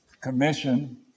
Commission